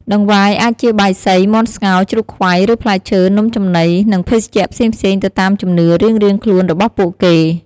តង្វាយអាចជាបាយសី មាន់ស្ងោរ ជ្រូកខ្វៃ ឬផ្លែឈើ នំចំណី និងភេសជ្ជៈផ្សេងៗទៅតាមជំនឿរៀងៗខ្លួនរបស់ពួកគេ។